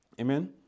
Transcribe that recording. Amen